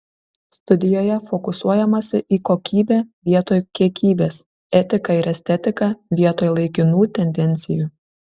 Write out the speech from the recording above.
studijoje fokusuojamasi į kokybę vietoj kiekybės etiką ir estetiką vietoj laikinų tendencijų